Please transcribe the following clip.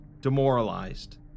demoralized